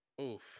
Oof